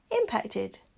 impacted